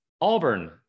Auburn